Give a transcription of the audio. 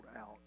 out